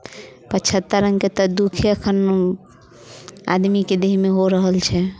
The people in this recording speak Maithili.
पचहत्तरि रङ्गके तऽ दुःखे एखन आदमीके देहमे हो रहल छै